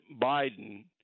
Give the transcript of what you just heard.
Biden